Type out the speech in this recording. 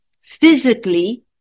physically